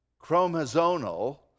chromosomal